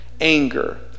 anger